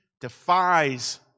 defies